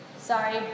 Sorry